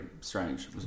strange